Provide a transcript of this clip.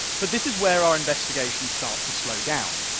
but this is where our investigation starts to slow down.